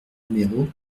numéro